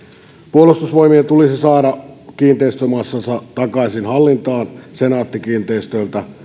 puolustusvoimien tulisi saada kiinteistömassansa takaisin hallintaansa senaatti kiinteistöiltä